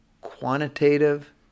quantitative